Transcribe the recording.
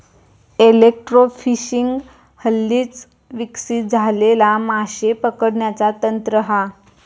electrofishing हल्लीच विकसित झालेला माशे पकडण्याचा तंत्र हा